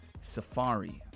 Safari